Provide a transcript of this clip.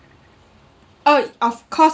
!oi! of course